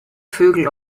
vögel